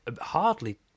hardly